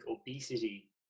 obesity